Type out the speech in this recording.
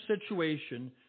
situation